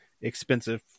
expensive